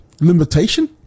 limitation